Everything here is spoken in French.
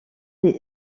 des